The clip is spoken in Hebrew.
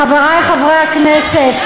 חברי חברי הכנסת,